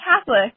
Catholic